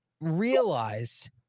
Realize